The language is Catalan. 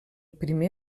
primer